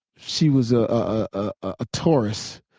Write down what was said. she was a ah taurus,